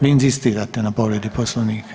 Vi inzistirate na povredi Poslovnika?